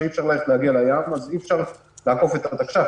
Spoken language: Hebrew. שאי אפשר להגיע לים אז אי אפשר לעקוף את התקש"ח.